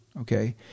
Okay